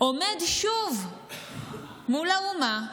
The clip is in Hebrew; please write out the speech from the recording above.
עומד שוב מול האומה ומשקר,